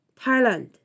Thailand